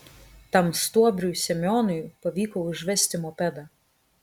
tam stuobriui semionui pavyko užvesti mopedą